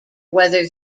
whether